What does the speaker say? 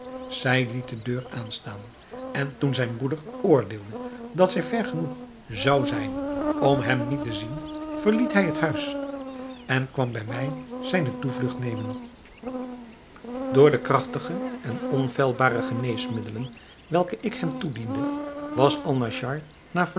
zij liet de deur aan staan en toen mijn broeder oordeelde dat zij ver genoeg zou zijn om hem niet te zien verliet hij het huis en kwam bij mij zijne toevlugt nemen door de krachtige en onfeilbare geneesmiddelen welke ik hem toediende was alnaschar